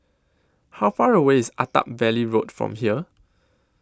How Far away IS Attap Valley Road from here